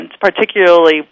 particularly